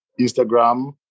Instagram